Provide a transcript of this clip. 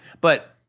but-